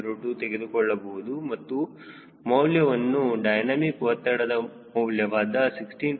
02 ತೆಗೆದುಕೊಳ್ಳಬಹುದು ಹಾಗೂ ಮೌಲ್ಯವನ್ನು ಡೈನಮಿಕ್ ಒತ್ತಡದ ಮೌಲ್ಯವಾದ 16